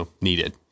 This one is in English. needed